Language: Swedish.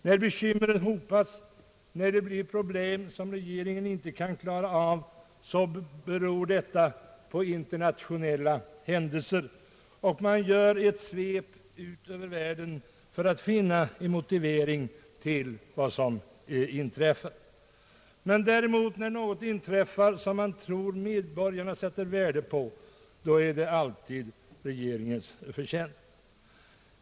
När bekymren hopas och det blir problem som regeringen inte kan klara av, säger man att detta beror på internationella händelser, man gör ett svep ut över världen för att finna en förklaring till vad som inträffar. När däremot någonting inträffar som man tror medborgarna sätter värde på är det alltid regeringens förtjänst.